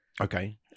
Okay